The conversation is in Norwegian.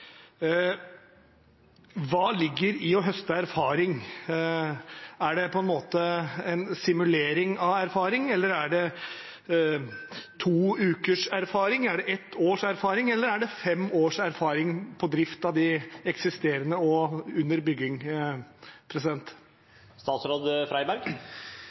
Hva ligger i å høste erfaring? Er det på en måte en simulering av erfaring? Er det to ukers erfaring? Er det ett års erfaring? Eller er det fem års erfaring fra drift av de eksisterende kablene og